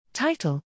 Title